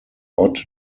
odd